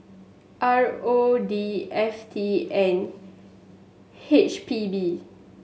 R O D F T and H P B